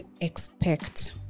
expect